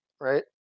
right